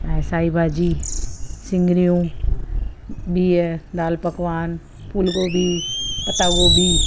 ऐं साई भाॼी सिङिरियूं बिहु दालि पकवान फूल गोबी पता गोबी